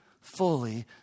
fully